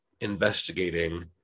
investigating